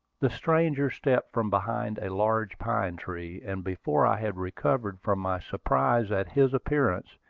the stranger stepped from behind a large pine-tree, and before i had recovered from my surprise at his appearance,